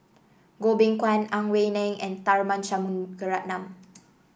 Goh Beng Kwan Ang Wei Neng and Tharman Shanmugaratnam